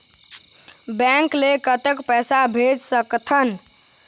Bank ले कतक पैसा भेज सकथन?